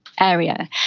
area